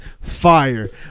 fire